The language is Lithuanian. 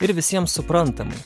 ir visiems suprantamai